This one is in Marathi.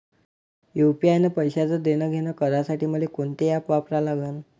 यू.पी.आय न पैशाचं देणंघेणं करासाठी मले कोनते ॲप वापरा लागन?